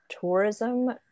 tourism